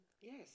Yes